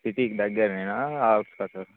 సిటీకి దగ్గరనేనా హాస్పిటల్